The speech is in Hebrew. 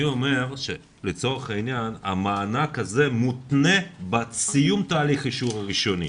אני אומר שלצורך העניין המענק הזה מותנה בסיום אישור התהליך הראשוני,